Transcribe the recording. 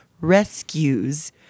rescues